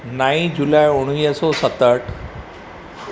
नाइ जुलाई उणिवीह सौ सतहठि